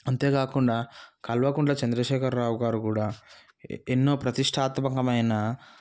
అంతేగాకుండా కల్వకుంట్ల చంద్రశేఖర్ రావు గారు కూడా ఎన్నో ప్రతిష్టాత్మకమైన